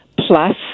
plus